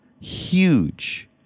huge